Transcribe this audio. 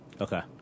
Okay